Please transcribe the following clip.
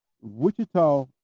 Wichita